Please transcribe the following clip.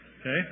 Okay